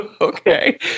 Okay